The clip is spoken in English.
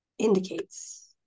indicates